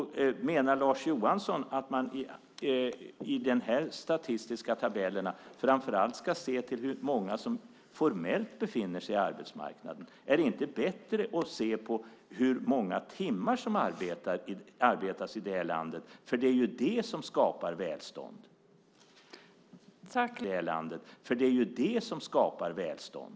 Menar Lars Johansson att man i dessa statistiska tabeller framför allt ska se till hur många som formellt befinner sig på arbetsmarknaden? Är det inte bättre att se till hur många timmar det arbetas i det här landet? Det är ju det som skapar välstånd.